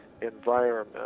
environment